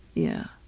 yeah.